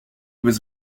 was